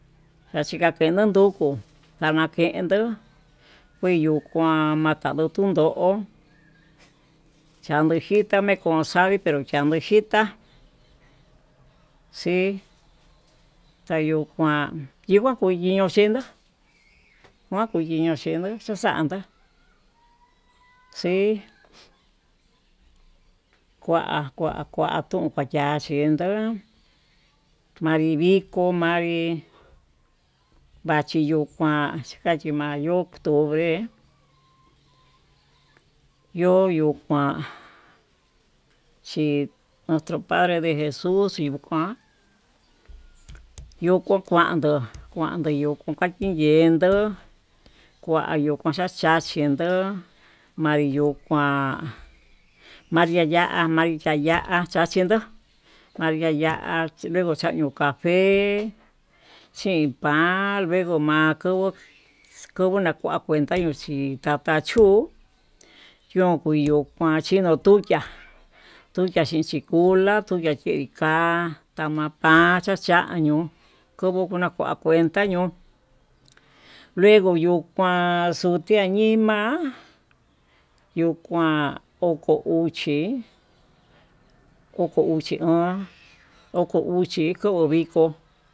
Chachikakenu grupo kanakendo yukuu kuan kenuu tundó, chando njita nii kunxavi tuu chandu njitá xii tayukuan yiya kuyiyo yendo tumakuyiyo chendó tanda xii, kua kua kuntaya xhindó manri viko manrí vachi yuu kuan chika chimayo octubre yo yo kuan chi nuestro padre de jesus xii yuu kuan yoko kuandó kuando yuu kukaki yendó kuayu kuaxha xhachindó, manri yuu kuan manri'a ya'a manri'a ya'á chachendo manri'a ya'á luego chanio cafe chin pan, luego makuvo makuvo kua kuenta ño'o chí tatachu yo'o chinukuan tatchutiá tuya chinchi kula tuchiá yeí tamapa chacha ño'o kovo na'a kua kuenta ño'o luego yuu kuan xutia ñima'a yuu kuan oko uxii, oko uxi o'on oko uxi ko viko.